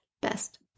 best